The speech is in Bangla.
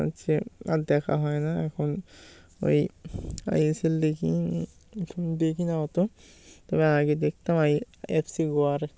হচ্ছে আর দেখা হয় না এখন ওই আইএসএল দেখি এখন দেখি না অত তবে আগে দেখতাম আই আইএফসি গোয়ার